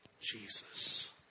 Jesus